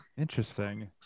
Interesting